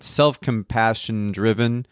self-compassion-driven